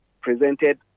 presented